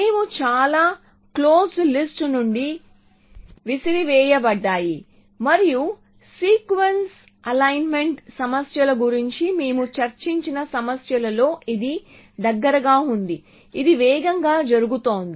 మేము చాలా closed list నుండి విసిరివేయ బడ్డాము మరియు సీక్వెన్స్ అలైన్మెంట్ సమస్యల గురించి మేము చర్చించిన సమస్యలలో ఇది దగ్గరగా ఉంది ఇది వేగంగా జరుగుతోంది